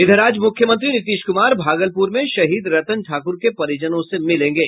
इधर आज मुख्यमंत्री नीतीश कुमार भागलपुर में शहीद रतन ठाकुर के परिजनों से मिलेंगे